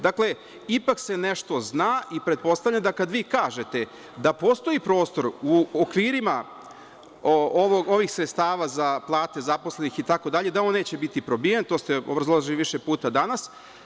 Dakle, ipak se nešto zna i pretpostavljam da kad vi kažete da postoji prostoru u okvirima ovih sredstava za plate zaposlenih itd, da on neće biti probijen, to ste obrazložili više puta danas.